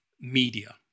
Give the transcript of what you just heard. media